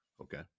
Okay